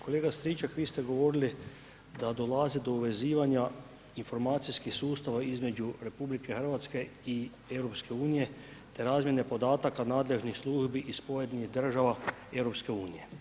Kolega Stričak vi ste govorili da dolazi do vezivanja informacijskih sustava između RH i EU te razmjene podataka nadležnih službi iz pojedinih država EU.